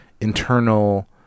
internal